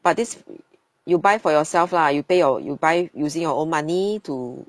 but this you buy for yourself lah you pay your you buy using your own money to